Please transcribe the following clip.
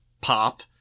Pop-